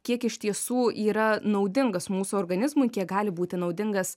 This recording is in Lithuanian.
kiek iš tiesų yra naudingas mūsų organizmui kiek gali būti naudingas